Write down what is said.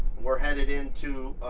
we're headed into